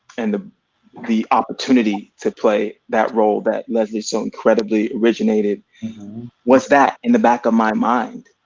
and the the opportunity to play that role that leslie so incredibly originated was that in the back of my mind,